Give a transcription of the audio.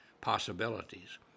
possibilities